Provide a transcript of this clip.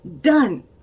Done